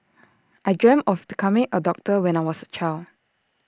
I dreamt of becoming A doctor when I was A child